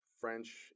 French